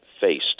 faced